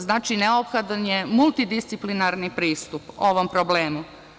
Znači, neophodan je multidisciplinarni pristup ovom problemu.